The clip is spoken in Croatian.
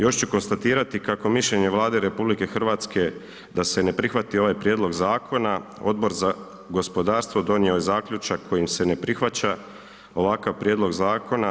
Još ću konstatirati kako mišljenje Vlade RH da se ne prihvati ovaj prijedlog zakona, Odbor za gospodarstvo donio je zaključak kojim se ne prihvaća ovakav prijedlog zakona.